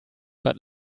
but